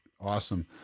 awesome